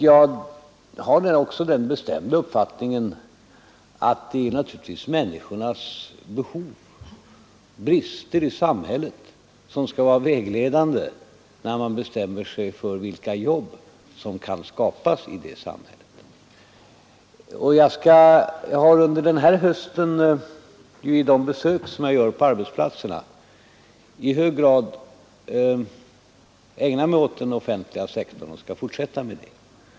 Jag har också den bestämda uppfattningen att det naturligtvis är människornas behov och samhällets brister som skall vara vägledande när man avgör vilka jobb som kan skapas i det här samhället. Under hösten har jag vid de besök som jag gör på arbetsplatserna i hög grad ägnat mig åt den offentliga sektorn, och jag skall fortsätta med det.